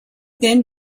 then